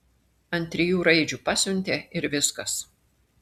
ant trijų raidžių pasiuntė ir viskas